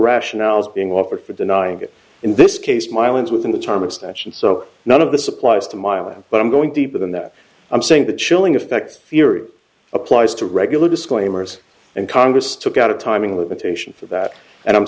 rationales being offered for denying it in this case mileage within the term extension so none of this applies to my island but i'm going deeper than that i'm saying the chilling effect theory applies to regular disclaimers and congress took out a timing limitation for that and i'm